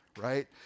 right